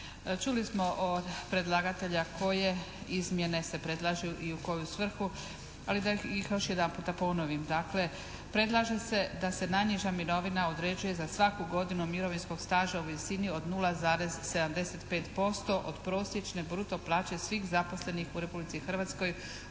Čuli smo od predlagatelja koje izmjene se predlažu i u koju svrhu, ali da ih još jedanputa ponovim. Dakle predlaže se da se najniža mirovina određuje za svaku godinu mirovinskog staža u visini od 0,75% od prosječne bruto plaće svih zaposlenih u Republici Hrvatskoj